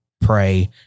pray